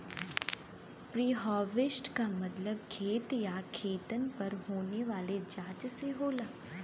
preharvest क मतलब खेत या खेतन पर होने वाली जांच से होला